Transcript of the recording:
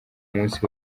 munsi